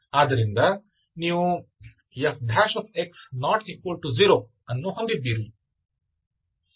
ಆದ್ದರಿಂದ ನೀವು Fx ≠0 ಅನ್ನು ಹೊಂದಿದ್ದೀರಿ